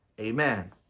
Amen